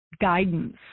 guidance